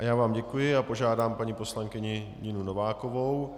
Já vám děkuji a požádám paní poslankyni Ninu Novákovou.